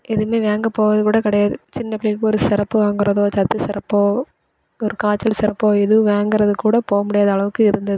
எதுவுமே வாங்க போகறது கூட கிடையாது சின்ன பிள்ளைங்களுக்கு சிரப்பு வாங்குறதோ ஒரு சத்து சிரப்போ ஒரு காய்ச்சல் சிரப்போ எதுவும் வாங்குறதுக்கு கூட போக முடியாத அளவுக்கு இருந்துது